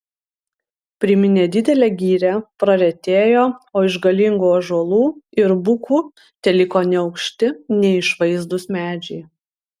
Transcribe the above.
priminė didelę girią praretėjo o iš galingų ąžuolų ir bukų teliko neaukšti neišvaizdūs medžiai